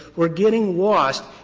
we're getting lost